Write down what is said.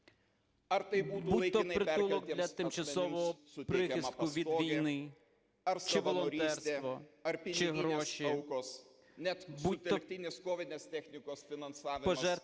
Будь-то притулок для тимчасового прихистку від війни чи волонтерство, чи гроші, будь-то пожертви